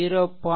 4 3